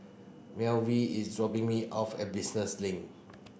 Melville is dropping me off at Business Link